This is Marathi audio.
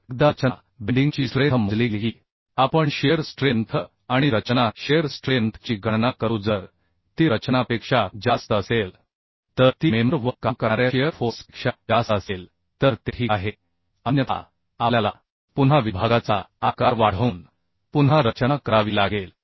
मग एकदा रचना बेंडिंग ची स्ट्रेंथ मोजली गेली की आपण शिअर स्ट्रेंथ आणि रचना शिअर स्ट्रेंथ ची गणना करू जर ती रचनापेक्षा जास्त असेल तर ती मेंबर वर काम करणाऱ्या शिअर फोर्स पेक्षा जास्त असेल तर ते ठीक आहे अन्यथा आपल्याला पुन्हा विभागाचा आकार वाढवून पुन्हा रचना करावी लागेल